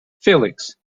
felix